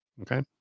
okay